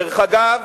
דרך אגב,